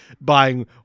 buying